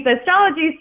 astrology